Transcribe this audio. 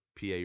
PA